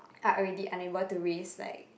are already unable to raise like